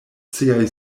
siaj